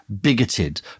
bigoted